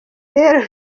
rero